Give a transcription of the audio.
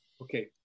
Okay